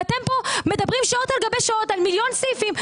ואתם פה מדברים שעות על גבי שעות על מיליון סעיפים.